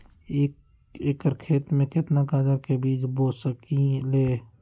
एक एकर खेत में केतना गाजर के बीज बो सकीं ले?